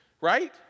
right